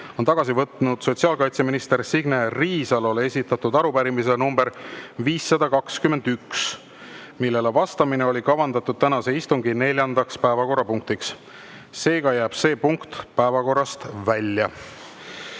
on tagasi võtnud sotsiaalkaitseminister Signe Riisalole esitatud arupärimise nr 521, millele vastamine oli kavandatud tänase istungi neljandaks päevakorrapunktiks. Seega jääb see punkt päevakorrast välja.